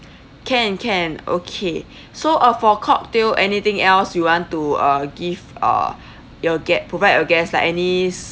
can can okay so uh for cocktail anything else you want to uh give uh you'll get provide your guest like any